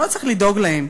לא צריך לדאוג להם.